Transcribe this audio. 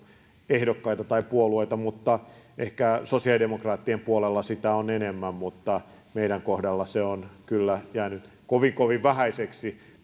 ehdokkaita tai puolueita ehkä sosiaalidemokraattien puolella sitä on enemmän mutta meidän kohdallamme se on kyllä jäänyt kovin kovin vähäiseksi